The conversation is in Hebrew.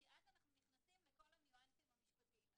כי אז אנחנו נכנסים לכל הניואנסים המשפטיים.